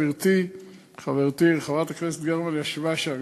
גברתי חברתי חברת הכנסת יעל גרמן ישבה שם,